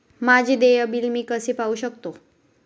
माझे देय बिल मी कसे पाहू शकतो?